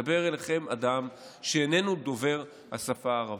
מדבר אליכם אדם שאיננו דובר השפה הערבית.